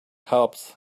helped